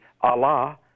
Allah